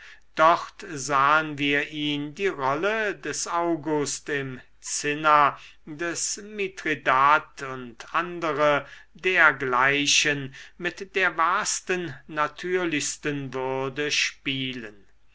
dort sahen wir ihn die rolle des august im cinna des mithridat und andere dergleichen mit der wahrsten natürlichsten würde spielen